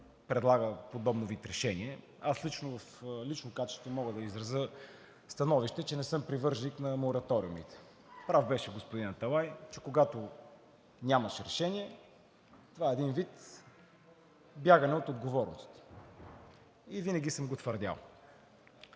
предлага подобен вид решение. Аз в лично качество мога да изразя становище, че не съм привърженик на мораториумите. Прав беше господин Аталай, че когато нямаш решение, това е един вид бягане от отговорност и винаги съм го твърдял.